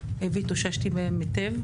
והתאוששתי מהם היטב,